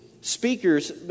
speakers